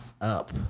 up